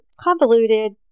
convoluted